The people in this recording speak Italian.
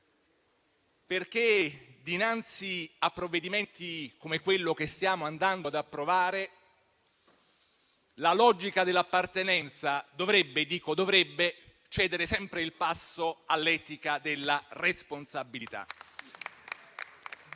perché dinanzi a provvedimenti come quello che stiamo andando ad approvare la logica dell'appartenenza dovrebbe cedere sempre il passo all'etica della responsabilità.